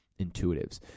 intuitives